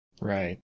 Right